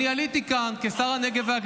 יש לך מפה אחרת?